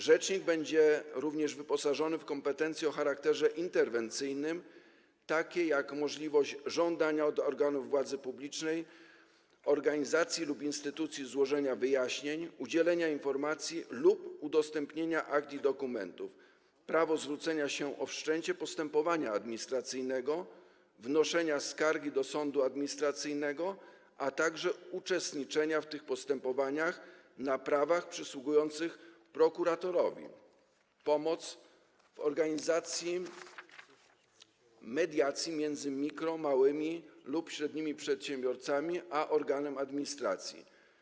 Rzecznik będzie również wyposażony w kompetencje o charakterze interwencyjnym, takie jak możliwość żądania od organów władzy publicznej, organizacji lub instytucji złożenia wyjaśnień, udzielenia informacji lub udostępnienia akt i dokumentów, prawo zwrócenia się o wszczęcie postępowania administracyjnego, wnoszenia skargi do sądu administracyjnego, a także uczestniczenia w tych postępowaniach na prawach przysługujących prokuratorowi, pomoc w organizacji mediacji między mikro-, małym lub średnim przedsiębiorcą a organem administracji.